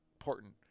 important